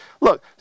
look